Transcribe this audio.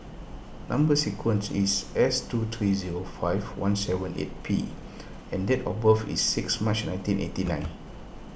Number Sequence is S two three zero five one seven eight P and date of birth is six March nineteen eighty nine